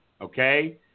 okay